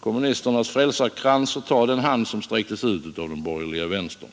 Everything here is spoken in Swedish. kommunisternas frälsarkrans och ta den hand som sträcktes ut av den borgerliga vänstern.